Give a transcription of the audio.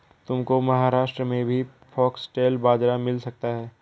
तुमको महाराष्ट्र में भी फॉक्सटेल बाजरा मिल सकता है